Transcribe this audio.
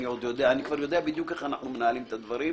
אני יודע בדיוק איך אנחנו מנהלים את הדברים,